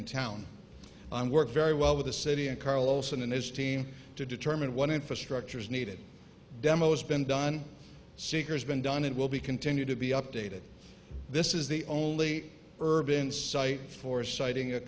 in town i'm worked very well with the city and carlos and his team to determine what infrastructure is needed demo has been done seekers been done it will be continue to be updated this is the only urban site for siting a